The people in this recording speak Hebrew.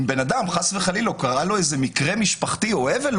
אם לאדם חס וחלילה קרה מקרה משפחתי או אבל,